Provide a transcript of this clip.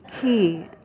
key